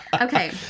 Okay